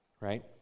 right